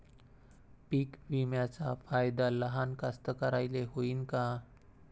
पीक विम्याचा फायदा लहान कास्तकाराइले होईन का?